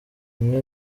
imwe